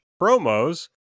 promos